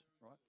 right